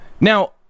Now